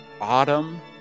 autumn